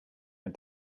and